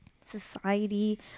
society